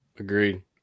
Agreed